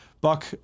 Buck